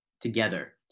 together